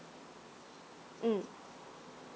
mm